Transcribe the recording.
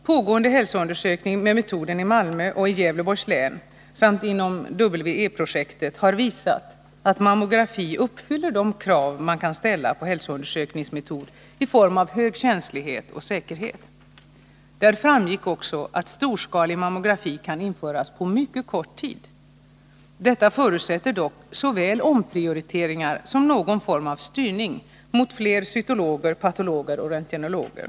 Pågående hälsoundersökningar med metoden i Malmö och i Gävleborgs län samt inom W-E-projektet har visat att mammografi uppfyller de krav man kan ställa på en hälsoundersökningsmetod i form av hög känslighet och säkerhet. Därav framgick också att storskalig mammografi kan införas på mycket kort tid. Detta förutsätter dock såväl omprioriteringar som någon form av styrning mot fler cytologer, patologer och röntgenologer.